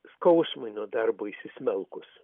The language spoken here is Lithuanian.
skausmui nuo darbo įsismelkus